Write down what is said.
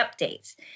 updates